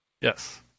Yes